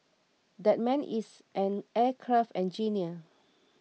that man is an aircraft engineer